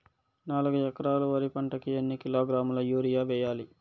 నాలుగు ఎకరాలు వరి పంటకి ఎన్ని కిలోగ్రాముల యూరియ వేయాలి?